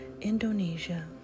Indonesia